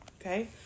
Okay